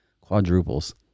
quadruples